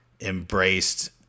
embraced –